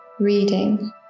reading